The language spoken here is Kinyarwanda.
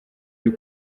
uri